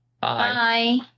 Bye